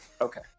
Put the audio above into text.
Okay